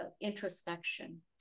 introspection